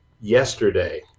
yesterday